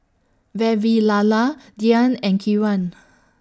Vavilala Dhyan and Kiran